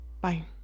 Bye